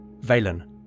Valen